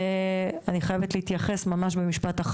אני חייבת להתייחס ממש במשפט אחד